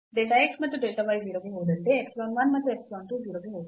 delta x ಮತ್ತು delta y 0 ಗೆ ಹೋದಂತೆ epsilon 1 ಮತ್ತು epsilon 2 0 ಗೆ ಹೋಗುತ್ತದೆ